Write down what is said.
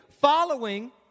Following